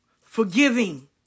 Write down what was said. Forgiving